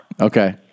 Okay